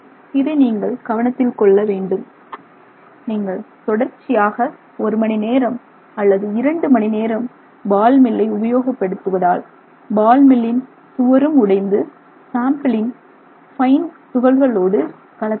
இதை நீங்கள் கவனத்தில் கொள்ள வேண்டும் நீங்கள் தொடர்ச்சியாக ஒரு மணி நேரம் அல்லது இரண்டு மணி நேரம் பால் மில்லை உபயோகப்படுத்துவதால் பால் மில்லின் சுவரும் உடைந்து சாம்பிளின் பைன் துகள்களோடு கலக்கிறது